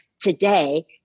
today